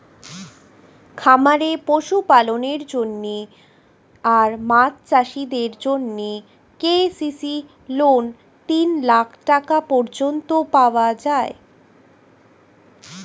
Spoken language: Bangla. খামারে পশুপালনের জন্য আর মাছ চাষিদের জন্যে কে.সি.সি লোন তিন লাখ টাকা পর্যন্ত পাওয়া যায়